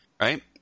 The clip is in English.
right